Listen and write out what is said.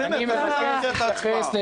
אני רוצה להתייחס.